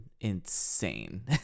insane